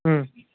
अँ